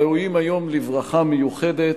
הראויים היום לברכה מיוחדת,